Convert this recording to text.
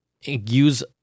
use